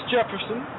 Jefferson